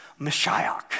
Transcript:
Mashiach